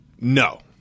No